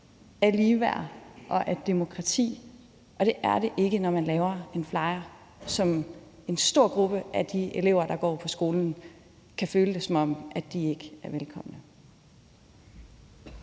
ligeværd og demokrati, og det er den ikke, når man laver en flyer, som får en stor gruppe af de elever, der går på skolen, til at føle, at de ikke er velkomne.